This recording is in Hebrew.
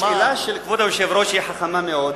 השאלה של כבוד היושב-ראש היא חכמה מאוד,